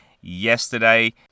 yesterday